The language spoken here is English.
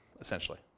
essentially